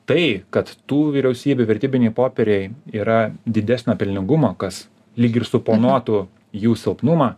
tai kad tų vyriausybių vertybiniai popieriai yra didesnio pelningumo kas lyg ir suponuotų jų silpnumą